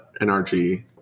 NRG